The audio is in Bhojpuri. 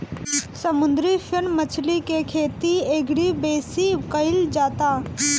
समुंदरी फिन मछरी के खेती एघड़ी बेसी कईल जाता